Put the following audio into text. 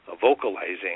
vocalizing